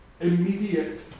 immediate